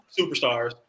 superstars